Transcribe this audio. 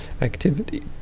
activity